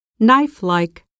knife-like 、